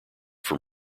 from